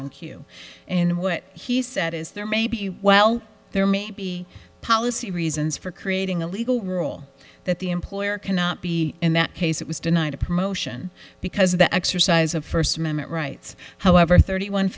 in what he said is there may be well there may be policy reasons for creating a legal rule that the employer cannot be in that case it was denied a promotion because of the exercise of first amendment rights however thirty one